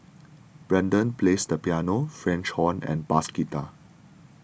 Brendan plays the piano French horn and bass guitar